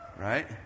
Right